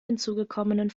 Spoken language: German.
hinzugekommenen